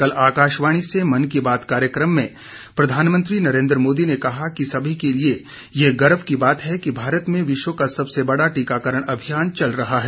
कल आकाशवाणी से मन की बात कार्यक्रम में प्रधानमंत्री ने कहा कि सभी के लिए ये गर्व की बात है कि भारत में विश्व का सबसे बड़ा टीकाकरण अभियान चल रहा है